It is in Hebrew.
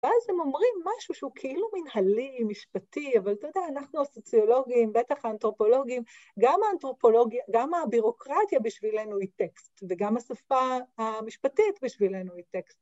‫ואז הם אומרים משהו ‫שהוא כאילו מנהלי, משפטי, ‫אבל אתה יודע, אנחנו הסוציולוגים, ‫בטח האנתרופולוגים, ‫גם הבירוקרטיה בשבילנו היא טקסט, ‫וגם השפה המשפטית בשבילנו היא טקסט.